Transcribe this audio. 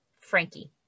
Frankie